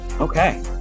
okay